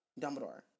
Dumbledore